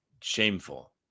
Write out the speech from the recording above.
shameful